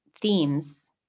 themes